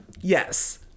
yes